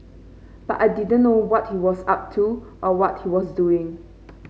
but I didn't know what he was up to or what he was doing